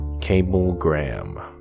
Cablegram